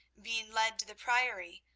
being led to the priory,